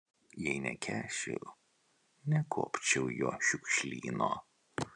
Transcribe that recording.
jei nekęsčiau nekuopčiau jo šiukšlyno